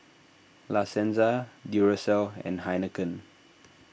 La Senza Duracell and Heinekein